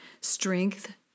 strength